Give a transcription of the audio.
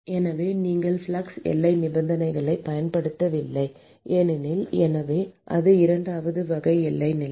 எனவே நீங்கள் ஃப்ளக்ஸ் எல்லை நிபந்தனையைப் பயன்படுத்தவில்லை எனில் எனவே அது இரண்டாவது வகை எல்லை நிலை